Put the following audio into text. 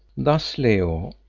thus, leo